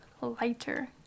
lighter